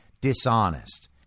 dishonest